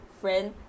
friend